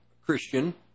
Christian